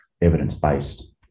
evidence-based